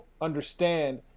understand